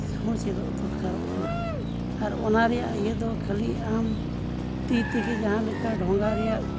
ᱦᱚᱸ ᱪᱮᱫᱚᱜ ᱫᱚᱨᱠᱟᱨᱚᱜ ᱠᱟᱱᱟ ᱟᱨ ᱚᱱᱟ ᱨᱮᱭᱟᱜ ᱤᱭᱟᱹ ᱫᱚ ᱠᱷᱟᱹᱞᱤ ᱟᱢ ᱛᱤ ᱛᱮᱜᱮ ᱡᱟᱦᱟᱸᱞᱮᱠᱟ ᱰᱷᱚᱸᱜᱟ ᱨᱮᱭᱟᱜ